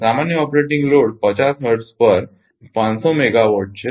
સામાન્ય operating load 50 hertz પર 500 megawatt છે